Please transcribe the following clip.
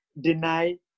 deny